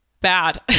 Bad